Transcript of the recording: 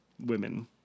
women